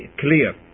clear